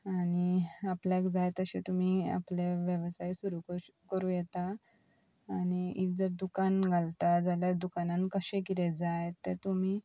आनी आपल्याक जाय तशें तुमी आपले वेवसाय सुरू करूं येता आनी इफ जर दुकान घालता जाल्या दुकानान कशें कितें जाय ते तुमी